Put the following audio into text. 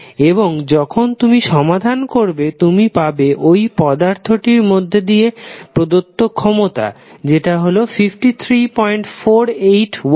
এবং যখন তুমি সমাধান করবে তুমি পাবে ওই পদার্থটির মধ্যে দিয়ে প্রদত্ত ক্ষমতা যেটা হল 5348 ওয়াট